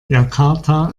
jakarta